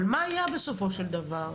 אבל מה היה בסופו של דבר?